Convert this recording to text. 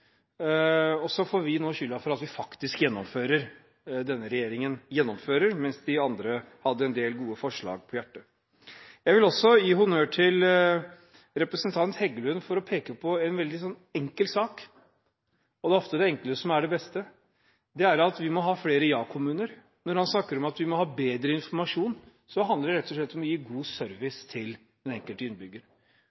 og så får vi nå skylda for at denne regjeringen faktisk gjennomfører, mens de andre hadde en del gode forslag på hjertet. Jeg vil også gi honnør til representanten Heggelund for å peke på en veldig enkel sak, og det er ofte det enkle som er det beste. Det er at vi må ha flere ja-kommuner. Når han snakker om at vi må ha bedre informasjon, handler det rett og slett om å gi god